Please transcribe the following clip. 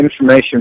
information